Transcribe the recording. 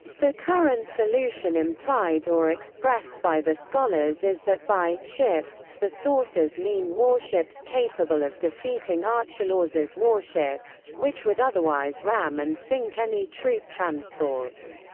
the current solution implied or expressed by the scholars is that by ships the sources mean warships capable of defeating archelaus' warships, which would otherwise ram and sink any troop transports.